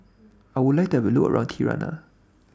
I Would like to Have A Look around Tirana